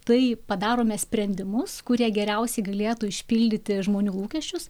tai padarome sprendimus kurie geriausiai galėtų išpildyti žmonių lūkesčius